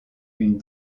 une